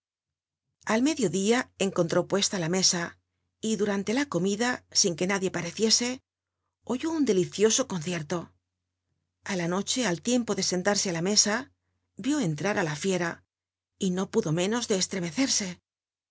medio dia encontró puesta la mesa y dnmnte la comida sin que nadie pareciese oyó un delicioso concierto a la noche al tiempo de sentarse á la mesa vió cnllat á la fiera no pudo ménos de estremecerse